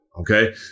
okay